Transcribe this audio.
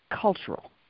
cultural